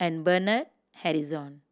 and Bernard Harrison